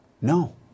No